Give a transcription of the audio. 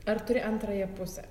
ar turi antrąją pusę